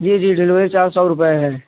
जी जी डिलीवरी चार सौ रुपये है